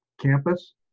Campus